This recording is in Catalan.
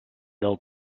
del